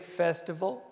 festival